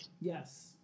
yes